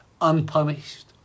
unpunished